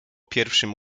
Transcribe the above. pierwszym